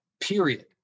period